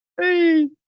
Hey